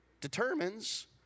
determines